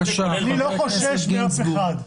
אני לא חושד באף אחד.